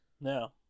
No